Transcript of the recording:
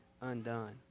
undone